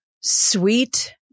Sweet